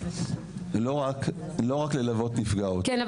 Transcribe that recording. לא רק ללוות נפגעות --- כן,